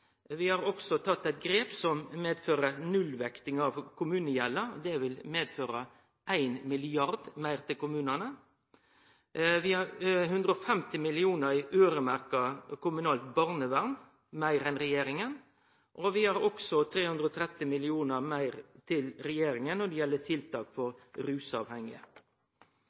Vi har også tatt eit grep som medfører nullvekting av kommunegjelda. Det vil medføre 1 mrd. kr meir til kommunane. Vi vil øyremerke 150 mill. kr til kommunalt barnevern, meir enn regjeringa. Vi har også lagt inn 330 mill. kr meir enn regjeringa til tiltak for rusavhengige. I tillegg til det